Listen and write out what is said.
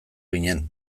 ginen